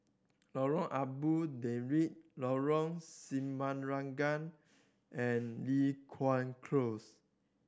Lorong Abu Talib Lorong Semangka and Li Hwan Close